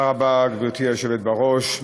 גברתי היושבת בראש,